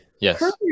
Yes